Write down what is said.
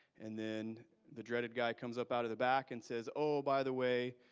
and then the dreaded guy comes up out of the back and says, oh, by the way,